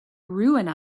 ruin